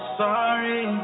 sorry